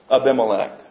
Abimelech